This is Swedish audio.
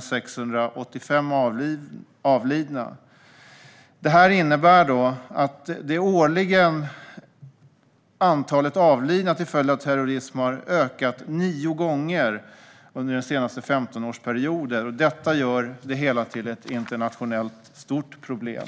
685 avlidna. Det innebär att antalet årligen avlidna till följd av terrorism har ökat nio gånger under den senaste femtonårsperioden. Detta gör det hela till ett stort internationellt problem.